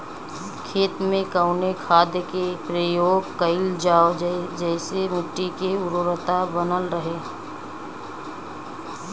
खेत में कवने खाद्य के प्रयोग कइल जाव जेसे मिट्टी के उर्वरता बनल रहे?